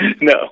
No